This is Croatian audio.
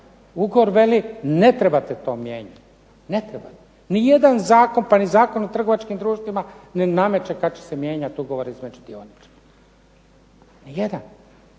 Ugovor veli ne trebate to mijenjati, ne trebate. Nijedan zakon pa ni Zakon o trgovačkim društvima ne nameće kad će se mijenjat ugovor između dioničara. Nijedan,